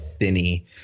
thinny